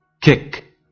Kick